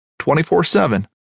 24-7